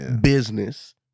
business